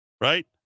right